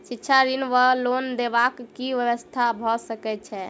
शिक्षा ऋण वा लोन देबाक की व्यवस्था भऽ सकै छै?